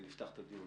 נפתח את הדיון.